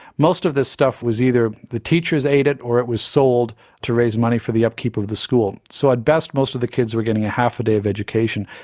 most of this stuff was either the teachers ate it or it was sold to raise money for the upkeep of the school. so at best most of the kids were getting half a day of education.